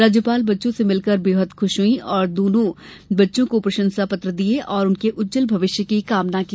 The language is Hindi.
राज्यपाल बच्चों से मिलकर बेहद खुश हईं और उन्होंने दोनों को प्रशंसा पत्र दिये और उनके उज्जवल भविष्य की कामना की